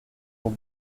aux